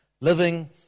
Living